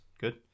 Good